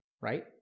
Right